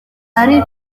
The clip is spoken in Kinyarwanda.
ari